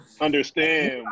understand